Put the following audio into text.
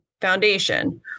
foundation